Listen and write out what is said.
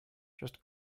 just